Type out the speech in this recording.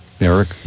Eric